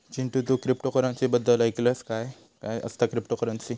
चिंटू, तू क्रिप्टोकरंसी बद्दल ऐकलंस काय, काय असता क्रिप्टोकरंसी?